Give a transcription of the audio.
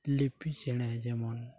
ᱞᱤᱯᱤ ᱪᱮᱬᱮ ᱡᱮᱢᱚᱱ